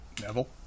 Neville